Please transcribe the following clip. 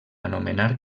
anomenar